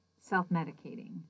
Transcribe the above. self-medicating